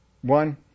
One